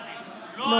לא,